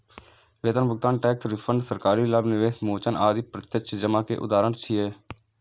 वेतन भुगतान, tax refund, सरकारी लाभ, निवेश मोचन आदि प्रत्यक्ष जमा के उदाहरण छियै